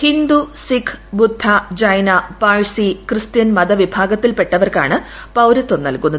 Hindu Sikh Buddha Jaina Parsi Christian മതവിഭാഗത്തിൽപ്പെട്ടവർക്കാണ് പൌരത്വം നൽകുന്നത്